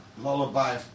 Lullaby